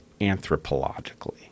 anthropologically